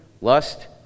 lust